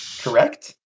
Correct